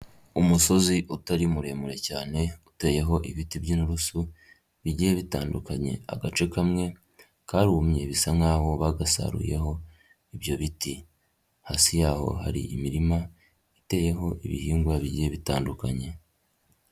Umusozi utari muremure cyane uteyeho ibiti by'inturusu bigiye bitandukanye, agace kamwe karumye bisa nk'aho bagasaruyeho ibyo biti. Hasi yaho hari imirima iteyeho ibihingwa bigiye bitandukanye.